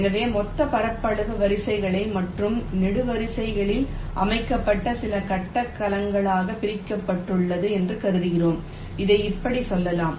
எனவே மொத்த பரப்பளவு வரிசைகள் மற்றும் நெடுவரிசைகளில் அமைக்கப்பட்ட சில கட்ட கலங்களாக பிரிக்கப்பட்டுள்ளது என்று கருதுகிறோம் இதை இப்படிச் சொல்லலாம்